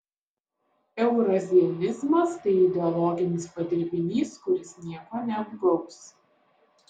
eurazianizmas tai ideologinis padirbinys kuris nieko neapgaus